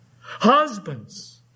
Husbands